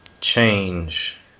change